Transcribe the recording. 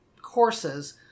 courses